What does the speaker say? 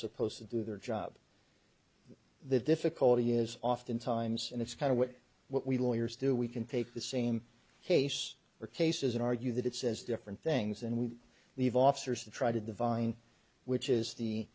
supposed to do their job the difficulty is often times and it's kind of what we lawyers do we can take the same case for cases and argue that it says different things and we leave officers to try to divine which is the